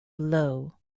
low